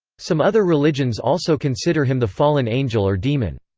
some other religions also consider him the fallen angel or demon.